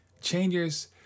changes